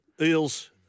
Eels